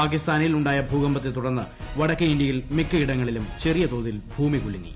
പാകിസ്ഥാനിൽ ഉണ്ടായ ഭൂകമ്പത്തെ തുടർന്ന് വടക്കേ ഇന്ത്യയിൽ മിക്കിയിടങ്ങളിലും ചെറിയ തോതിൽ ഭൂമി കുലുങ്ങി